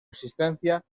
existencia